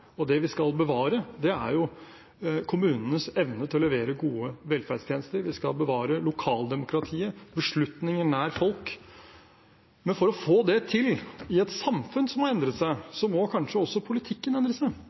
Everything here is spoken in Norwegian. Og det vi skal bevare, er jo kommunenes evne til å levere gode velferdstjenester. Vi skal bevare lokaldemokratiet, beslutninger nær folk, men for å få det til i et samfunn som må endre seg, må kanskje også politikken endre seg,